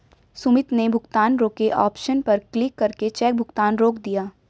सुमित ने भुगतान रोके ऑप्शन पर क्लिक करके चेक भुगतान रोक दिया